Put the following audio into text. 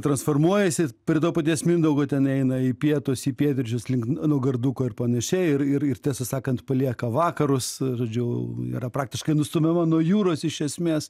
transformuojasi prie to paties mindaugo ten eina į pietus į pietryčius link naugarduko ir panašiai ir ir ir tiesą sakant palieka vakarus žodžiu yra praktiškai nustumiama nuo jūros iš esmės